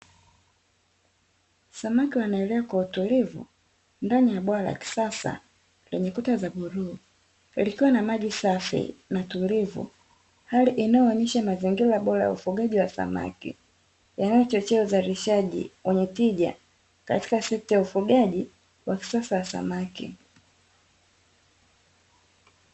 Samaki wanaelea kwa utulivu ndani ya bwawa la kisasa, lenye kuta la bluu, likiwa na maji safi na tulivu. Hali inayoonesha mazingira bora ya ufugaji wa samaki, yanayochochea uzalishaji wenye tija katika ufugaji wa kisasa wa samaki.